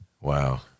Wow